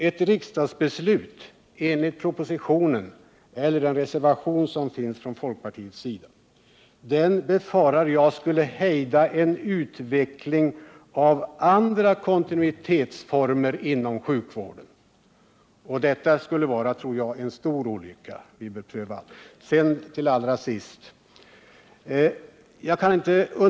Ett riksdagsbeslut enligt propositionen eller enligt den reservation som finns från folkpartirepresentanterna i utskottet befarar jag skulle hejda en utveckling av andra kontinuitetsformer inom sjukvården. Det skulle vara en stor olycka.